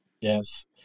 Yes